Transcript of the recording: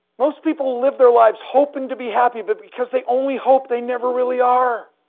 most people live their lives hoping to be happy, but because they only hope they never really are.